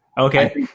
Okay